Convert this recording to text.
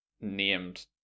named